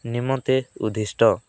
ନିମନ୍ତେ ଉଦ୍ଦିଷ୍ଟ